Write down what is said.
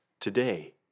Today